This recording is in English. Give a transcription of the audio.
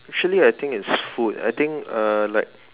actually I think it's food I think uh like